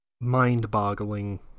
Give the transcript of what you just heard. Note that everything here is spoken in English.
mind-boggling